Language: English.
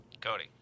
Cody